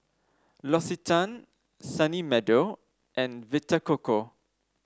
L'Occitane Sunny Meadow and Vita Coco